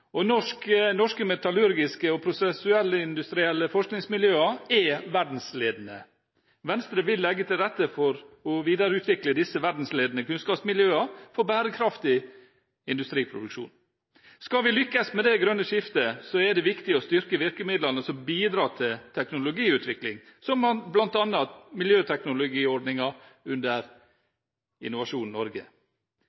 av norsk industri er faktisk basert på bærekraftig fornybar energi, og norske metallurgiske og prosessindustrielle forskningsmiljøer er verdensledende. Venstre vil legge til rette for å videreutvikle disse verdensledende kunnskapsmiljøene for bærekraftig industriproduksjon. Skal vi lykkes med det grønne skiftet, er det viktig å styrke virkemidlene som bidrar til teknologiutvikling, som bl.a. miljøteknologiordningen under